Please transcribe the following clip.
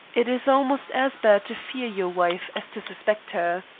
it is almost as bad to fear your wife as to suspect her.